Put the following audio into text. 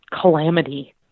calamity